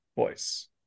voice